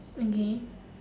okay